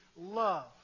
love